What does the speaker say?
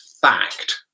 Fact